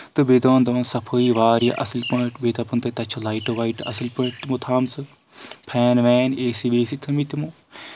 تہٕ بیٚیہِ دپان دَپان صفٲیی واریاہ اَصٕل پٲٹھۍ بیٚیہِ دپان تتہِ چھِ لایٹہٕ وایٹہٕ اَصل پٲٹھۍ تِمو تھامژٕ فین وین اے سی بی سی تھٲمٕتۍ تِمو